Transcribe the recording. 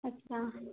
अच्छा